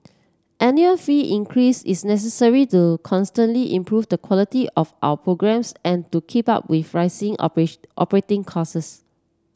annual fee increase is necessary to constantly improve the quality of our programmes and to keep up with rising operating costs